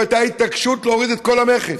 הייתה התעקשות להוריד את כל המכס.